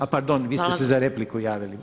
A pardon, vi ste se za repliku javili.